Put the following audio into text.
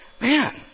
man